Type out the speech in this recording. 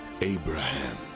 Abraham